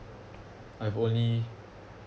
I've only